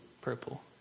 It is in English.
purple